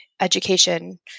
education